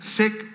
sick